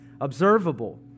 observable